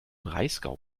breisgau